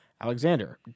Alexander